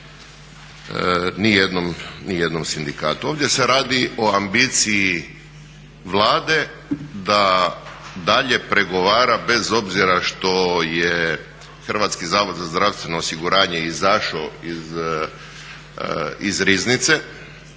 nijednom sindikatu. Ovdje se radi o ambiciji Vlade da dalje pregovara bez obzira što je HZZO izašao iz riznice.